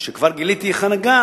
כשכבר גיליתי היכן הגן,